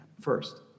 First